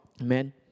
Amen